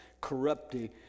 corrupting